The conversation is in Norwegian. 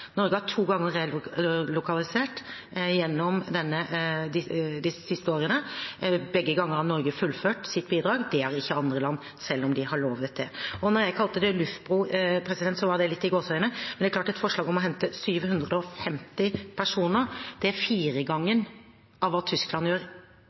har relokalisert. Norge har relokalisert to ganger de siste årene. Begge ganger har Norge fullført sitt bidrag; det har ikke andre land, selv om de har lovet det. Da jeg kalte det en luftbro, var det litt i gåseøyne, men det er klart at et forslag om å hente 750 personer er firegangen av hva Tyskland gjør i henhold til innbyggertall. Det